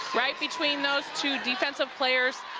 right between those two defensive players,